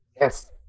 Yes